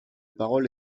parole